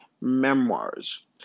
memoirs